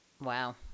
Wow